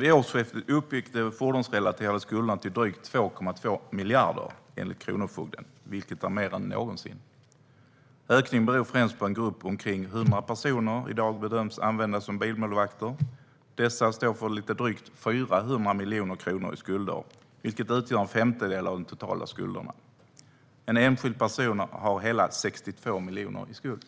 Vid årsskiftet uppgick de fordonsrelaterade skulderna enligt kronofogden till drygt 2,2 miljarder, vilket var mer än någonsin. Ökningen beror främst på en grupp på omkring 100 personer, som i dag bedöms användas som bilmålvakter. Dessa står för lite drygt 400 miljoner kronor i skulder, vilket utgör en femtedel av de totala skulderna. En enskild person har hela 62 miljoner i skuld.